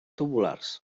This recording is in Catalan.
tabulars